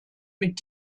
mit